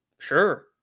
Sure